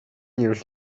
years